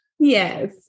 Yes